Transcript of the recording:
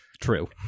true